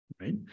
right